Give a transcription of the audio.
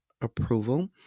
approval